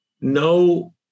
no